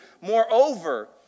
Moreover